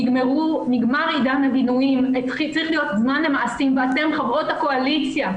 נגמר עידן הגינויים וצריך להיות זמן המעשים ואתן חברות ה קואליציה,